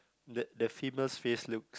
the the female's face looks